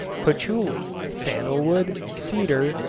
patchouli, sandalwood, cedar,